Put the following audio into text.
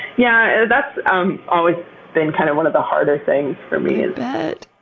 yeah, and that's um always been kind of one of the harder things for me. i bet!